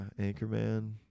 Anchorman